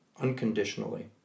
unconditionally